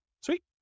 Sweet